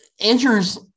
Andrew's